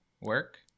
work